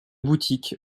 boutiques